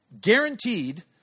guaranteed